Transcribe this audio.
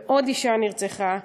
עוד אישה נרצחה.